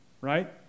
right